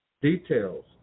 details